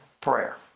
prayer